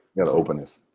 got to open this.